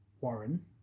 warren